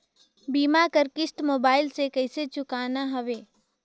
बीमा कर किस्त मोबाइल से कइसे चुकाना हवे